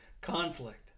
conflict